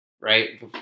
right